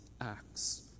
acts